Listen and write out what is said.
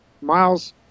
Miles